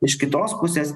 iš kitos pusės